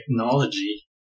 technology